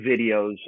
videos